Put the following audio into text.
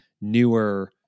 newer